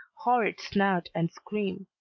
horrid snout and scream.